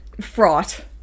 fraught